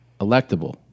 electable